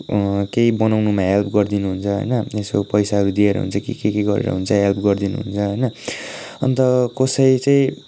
केही बनाउनुमा हेल्प गरिदिनु हुन्छ होइन यसो पैसाहरू दिएर हुन्छ कि के के गरेर हुन्छ हेल्प गरिदिनु हुन्छ होइन अन्त कसै चाहिँ